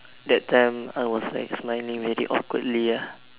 that time I was smiling very awkwardly ah